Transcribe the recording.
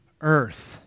earth